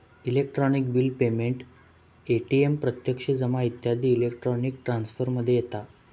electronic bill payment, ATM प्रत्यक्ष जमा इत्यादी इलेक्ट्रॉनिक ट्रांसफर मध्ये येता